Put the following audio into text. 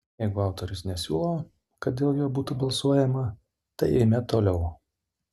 jeigu autorius nesiūlo kad dėl jo būtų balsuojama tai eime toliau